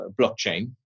blockchain